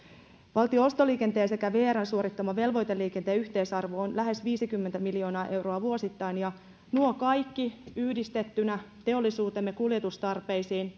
valtion ostoliikenteen sekä vrn suorittaman velvoiteliikenteen yhteisarvo on lähes viisikymmentä miljoonaa euroa vuosittain ja kun nuo kaikki yhdistetään teollisuutemme kuljetustarpeisiin